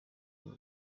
ubu